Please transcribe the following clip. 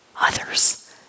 others